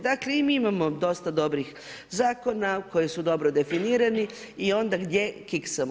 Dakle i mi imamo dosta dobrih zakona koji su dobro definirani i onda gdje kiksamo?